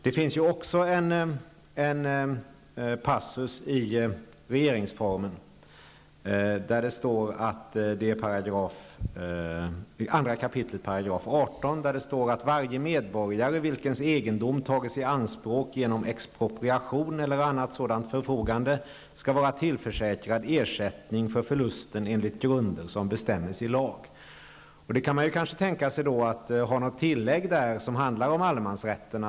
Det finns också en passus i regeringsformen -- 2 kap. 18 §-- där det står: ''Varje medborgare vilkens egendom tages i anspråk genom expropriation eller annat sådant förfogande skall vara tillförsäkrad ersättning för förlusten enligt grunder som bestämmes i lag.'' Man kanske kan tänka sig ett tillägg där som handlar om allemansrätten.